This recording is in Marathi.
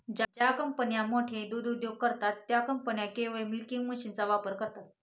ज्या कंपन्या मोठे दूध उद्योग करतात, त्या कंपन्या केवळ मिल्किंग मशीनचा वापर करतात